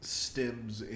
stems